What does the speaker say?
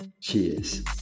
Cheers